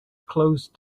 closed